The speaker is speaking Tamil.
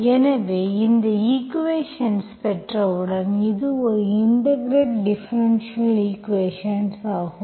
எனவே இந்த ஈக்குவேஷன்ஸ் பெற்றவுடன் இது ஒரு இன்டெகிரெட் டிஃபரென்ஷியல் ஈக்குவேஷன்ஸ் ஆகும்